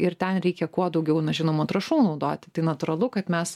ir ten reikia kuo daugiau na žinoma trąšų naudoti tai natūralu kad mes